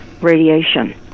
radiation